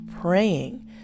praying